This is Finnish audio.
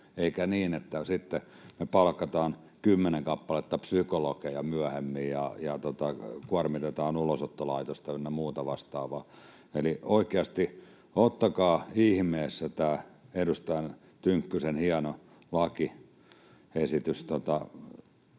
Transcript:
eikä niin, että sitten me palkataan kymmenen kappaletta psykologeja myöhemmin ja kuormitetaan Ulosottolaitosta ynnä muuta vastaavaa. Eli oikeasti, ottakaa ihmeessä tämä edustaja Tynkkysen hieno lakiesitys